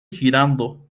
girando